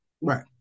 right